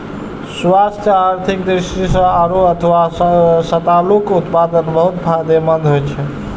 स्वास्थ्य आ आर्थिक दृष्टि सं आड़ू अथवा सतालूक उत्पादन बहुत फायदेमंद होइ छै